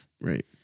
right